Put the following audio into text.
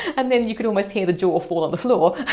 and then you could almost hear the jaw fall on the floor.